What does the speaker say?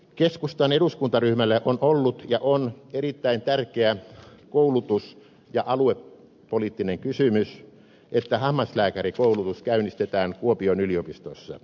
keskustan eduskuntaryhmälle on ollut ja on erittäin tärkeä koulutus ja aluepoliittinen kysymys että hammaslääkärikoulutus käynnistetään kuopion yliopistossa